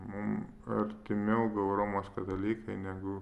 mum artimiau gal romos katalikai negu